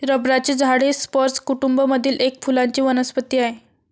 रबराचे झाड हे स्पर्ज कुटूंब मधील एक फुलांची वनस्पती आहे